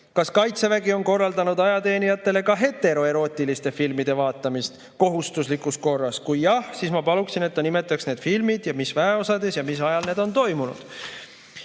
Kas Kaitsevägi on korraldanud ajateenijatele ka heteroerootiliste filmide vaatamist kohustuslikus korras? Kui jah, siis ma paluksin, et nimetataks need filmid ja mis väeosades ja mis ajal need [seansid] on toimunud.